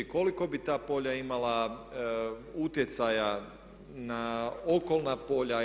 Koliko bi ta polja imala utjecaja na okolna polja?